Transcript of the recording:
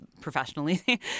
professionally